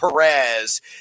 Perez